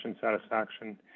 satisfaction